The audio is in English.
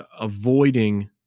avoiding